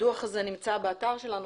הדוח הזה נמצא באתר שלנו,